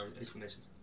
explanations